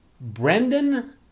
Brendan